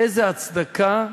איזו הצדקה?